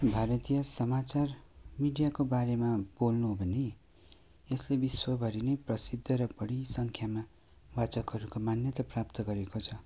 भारतीय समाचार मिडियाको बारेमा बोल्नु हो भने यसले विश्वभरि नै प्रसिद्ध र बढी संख्यामा बाचकहरूको मान्यता प्राप्त गरेको छ